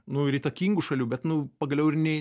nu ir įtakingų šalių bet nu pagaliau ir ne